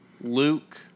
Luke